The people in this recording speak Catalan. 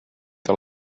que